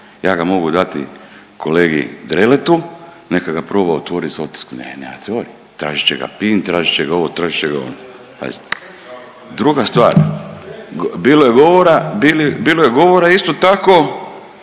ja ga mogu dati kolegi Dreletu neka ga proba otvoriti sa otiskom. Ne, nema teorije. Tražit će ga pin, tražit će ga ovo, tražit će ga ono. Pazite druga stvar, bilo je govora isto tako